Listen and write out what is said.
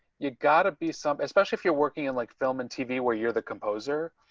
you gotta be some especially if you're working in like film and tv where you're the composer.